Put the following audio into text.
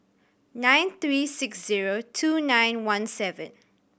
nine three six zero two nine one seven